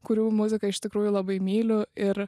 kurių muziką iš tikrųjų labai myliu ir